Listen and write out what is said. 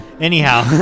Anyhow